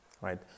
right